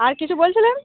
আর কিছু বলছিলেন